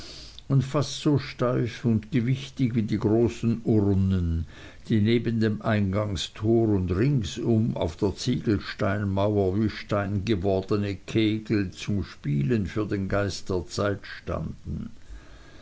und fast so steif und gewichtig wie die großen urnen die neben dem eingangstor und ringsherum auf der ziegelsteinmauer wie steingewordne kegel zum spielen für den geist der zeit standen